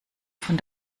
von